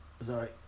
sorry